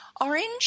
Orange